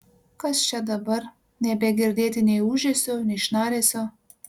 kas čia dabar nebegirdėti nei ūžesio nei šnaresio